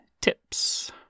TIPS